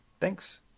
Thanks